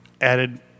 added